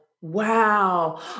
Wow